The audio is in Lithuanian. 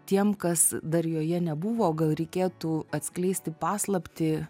tiems kas dar joje nebuvo gal reikėtų atskleisti paslaptį